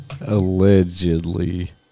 Allegedly